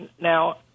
Now